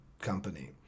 company